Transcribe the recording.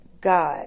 God